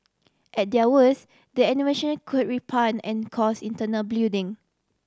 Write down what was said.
at their worse the could and cause internal bleeding